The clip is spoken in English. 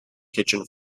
kitchen